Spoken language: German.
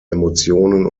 emotionen